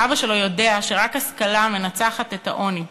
אבא שלו יודע שרק השכלה מנצחת את העוני,